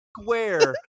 square